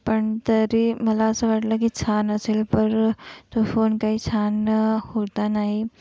पण तरी मला असं वाटलं की छान असेल पर तो फोन काही छान होता नाही